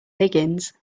higgins